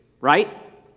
right